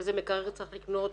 איזה מקרר צריך לקנות.